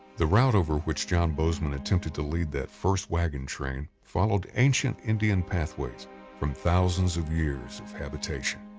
the route over which john bozeman attempted to lead that first wagon train followed ancient indian pathways from thousands of years of habitation.